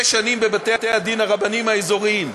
ושש שנים בבתי-הדין הרבניים האזוריים.